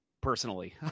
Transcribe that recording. personally